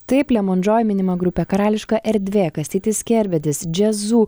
taip lemon džoj minima grupė karališka erdvė kastytis kerbedis džiazū